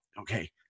Okay